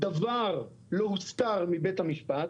דבר לא הוזכר מבית המשפט.